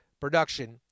production